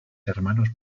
hermanos